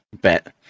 Bet